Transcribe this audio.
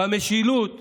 במשילות,